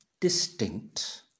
distinct